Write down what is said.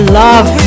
love